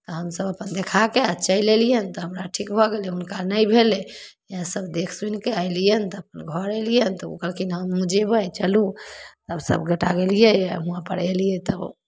तऽ हमसभ अपन देखा कऽ आ चलि एलियनि तऽ हमरा ठीक भऽ गेलै हुनका नहि भेलै इएहसभ देखि सूनि कऽ अयलियनि तऽ अपन घर एलियै तऽ ओ कहलखिन हमहूँ जयबै चलू तब सभगोटा गेलियै आ उहाँपर एलियै तब ओ